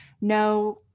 no